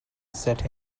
set